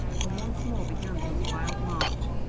and once more began his wild march.